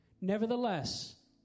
Nevertheless